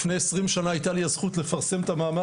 לפני 25 שנה היתה לי הזכות לפרסם את המאמר